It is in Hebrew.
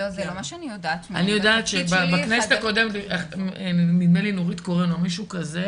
אני יודעת שבכנסת הקודמת נדמה לי שנורית קורן או מישהו העביר את זה,